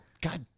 God